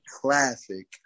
classic